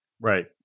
Right